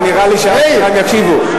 ונראה לי שאז כולם יקשיבו.